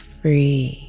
free